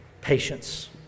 patience